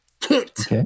Kit